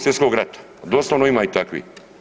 Svjetskog rata, doslovno ima i takvih.